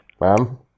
Ma'am